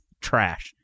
trash